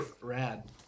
rad